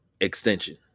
extension